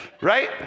Right